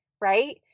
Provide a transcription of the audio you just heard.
right